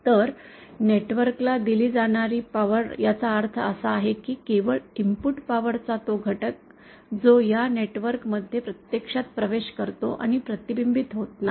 तर नेटवर्क ला दिली जाणारी पॉवर याचा अर्थ असा आहे की केवळ इनपुट पॉवर चा तो घटक जो या नेटवर्क मध्ये प्रत्यक्षात प्रवेश करतो आणि प्रतिबिंबित होत नाही